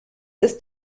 ist